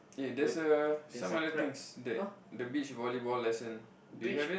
eh there's a some other things that the beach volleyball lesson do you have it